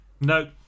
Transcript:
No